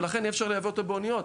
ולכן אי-אפשר לייבא אותו באוניות.